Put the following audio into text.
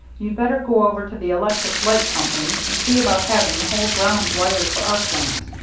you'd better go over to the electric light company and see about having the whole ground wired for arc lamps,